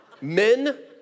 Men